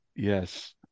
yes